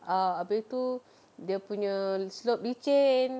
ah habis tu dia punya slope licin